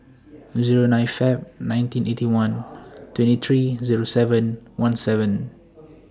Zero nine Feb nineteen Eighty One twenty three Zero seven one seven